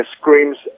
screams